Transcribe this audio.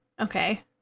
Okay